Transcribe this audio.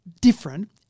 different